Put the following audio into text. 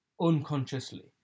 unconsciously